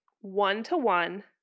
one-to-one